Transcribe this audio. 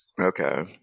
Okay